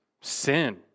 sin